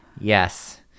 yes